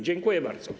Dziękuję bardzo.